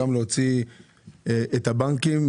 להוציא את הבנקים,